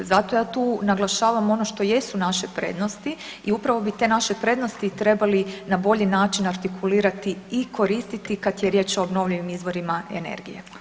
Zato ja tu naglašavam ono što jesu naše prednosti i upravo bi te naše prednosti trebali na bolji način artikulirati i koristiti kad je riječ o obnovljivim izvorima energije.